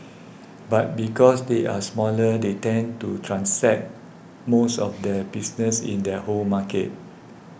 but because they are smaller they tend to transact most of their business in their home markets